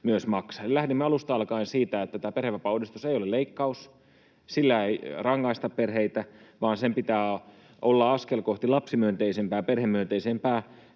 Lähdimme alusta alkaen siitä, että tämä perhevapaauudistus ei ole leikkaus, sillä ei rangaista perheitä, vaan sen pitää olla askel kohti lapsimyönteisempää, perhemyönteisempää